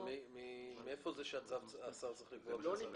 מאיפה זה שהשר צריך לקבוע בצו?